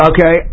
Okay